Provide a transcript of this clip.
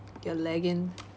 you're lagging